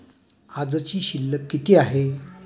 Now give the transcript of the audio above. आजची शिल्लक किती आहे?